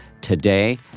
today